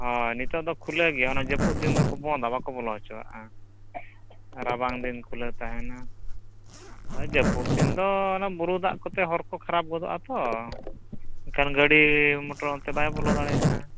ᱦᱚᱭ ᱱᱤᱛᱚᱜᱫᱚ ᱠᱷᱩᱞᱟᱹᱣ ᱜᱮᱭᱟ ᱚᱱᱟ ᱡᱟᱹᱯᱩᱫ ᱫᱤᱱᱫᱚᱠᱚ ᱵᱚᱱᱫᱷᱟ ᱵᱟᱠᱚ ᱵᱚᱞᱚ ᱚᱪᱚᱜᱼᱟ ᱨᱟᱵᱟᱝᱫᱤᱱ ᱠᱷᱩᱞᱟᱹᱣ ᱛᱟᱦᱮᱱᱟ ᱦᱚᱭ ᱡᱟᱹᱯᱩᱫ ᱫᱤᱱᱫᱚ ᱚᱱᱮ ᱵᱩᱨᱩ ᱫᱟᱜᱠᱚᱛᱮ ᱦᱚᱨᱠᱚ ᱠᱷᱟᱨᱟᱯ ᱜᱚᱫᱚᱜᱼᱟ ᱛᱚ ᱮᱱᱠᱷᱟᱱ ᱜᱟᱹᱰᱤ ᱢᱚᱴᱚᱨ ᱚᱱᱛᱮ ᱵᱟᱭ ᱵᱚᱞᱚ ᱫᱟᱲᱮᱭᱟᱜᱼᱟ